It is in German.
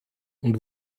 und